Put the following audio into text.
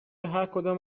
هرکدام